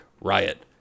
riot